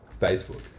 Facebook